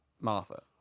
Martha